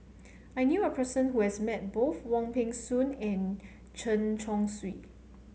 I knew a person who has met both Wong Peng Soon and Chen Chong Swee